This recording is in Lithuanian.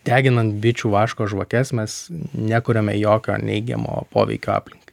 deginant bičių vaško žvakes mes nekuriame jokio neigiamo poveikio aplinkai